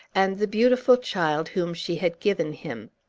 and the beautiful child whom she had given him.